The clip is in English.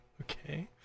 Okay